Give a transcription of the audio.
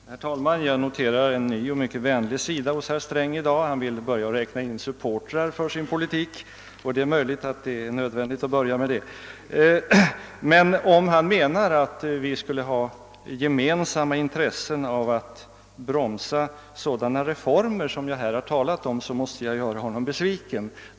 Herr talman! Jag noterar en ny och mycket vänlig sida hos herr Sträng i dag; han vill börja räkna in supporters för sin politik, och det är kanske nödvändigt att göra det. Men om han menar att vi skulle ha gemensamma intressen av att bromsa sådana reformer som jag här har talat om måste jag göra honom besviken.